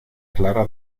clara